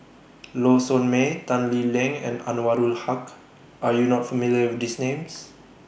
Low Sanmay Tan Lee Leng and Anwarul Haque Are YOU not familiar with These Names